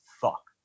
fuck